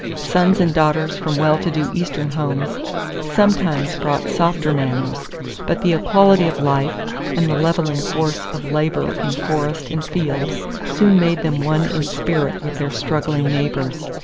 sons and daughters from well-to-do eastern homes sometimes brought softer manners but the equality of life and the leveling force of labor in forest and field soon made them one in spirit with their struggling neighbors.